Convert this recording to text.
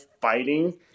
fighting